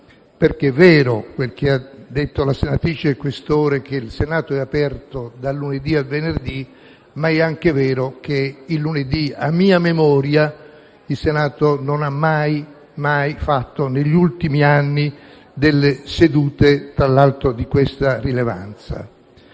perché è vero, come ha detto la senatrice questore, che il Senato è aperto dal lunedì al venerdì, ma è anche vero che il lunedì, a mia memoria, il Senato non ha mai tenuto negli ultimi anni delle sedute, tra l'altro di questa rilevanza.